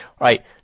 right